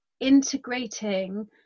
integrating